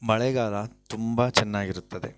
ಮಳೆಗಾಲ ತುಂಬ ಚೆನ್ನಾಗಿರುತ್ತದೆ